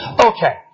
Okay